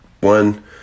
One